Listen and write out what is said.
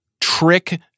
trick